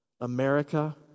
America